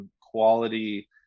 quality